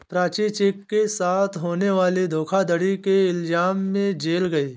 Prachi cheque के साथ होने वाली धोखाधड़ी के इल्जाम में जेल गई